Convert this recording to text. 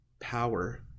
power